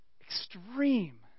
Extreme